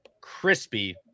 crispy